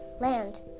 land